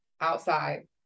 outside